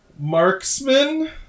marksman